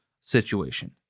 situation